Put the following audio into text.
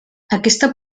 aquesta